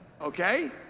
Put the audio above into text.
Okay